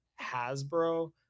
hasbro